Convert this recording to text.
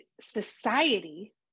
society